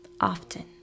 often